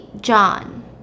John